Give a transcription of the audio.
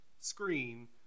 screen